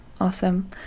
Awesome